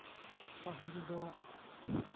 ᱯᱟᱹᱦᱤᱞ ᱫᱚ